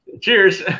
cheers